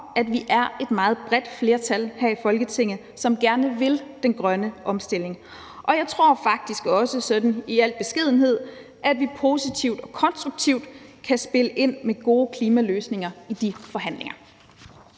at vi er et meget bredt flertal her i Folketinget, som gerne vil den grønne omstilling. Jeg tror faktisk også i al beskedenhed, at vi positivt og konstruktivt kan spille ind med gode klimaløsninger i de forhandlinger.